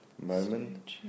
moment